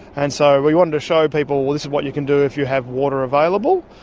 and so we wanted to show people this is what you can do if you have water available.